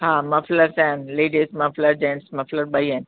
हा मफ़्लर्स आहिनि ladies muffler gents muffler ॿई आहिनि